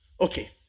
Okay